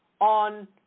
on